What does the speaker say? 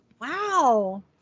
Wow